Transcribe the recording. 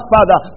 Father